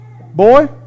Boy